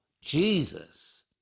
Jesus